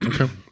Okay